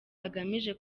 agamije